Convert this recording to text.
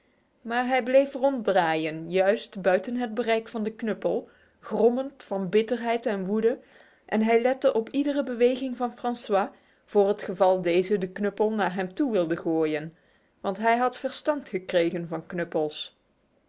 maar hij bleef ronddraaien juist buiten het bereik van de knuppel grommend van bitterheid en woede en hij lette op iedere beweging van francois voor het geval deze de knuppel naar hem toe wilde gooien want hij had verstand gekregen van knuppels